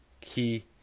key